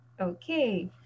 Okay